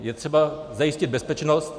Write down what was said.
Je třeba zajistit bezpečnost.